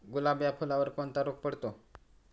गुलाब या फुलावर कोणता रोग पडतो?